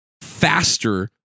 faster